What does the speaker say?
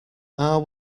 are